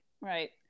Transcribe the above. right